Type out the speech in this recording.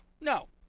No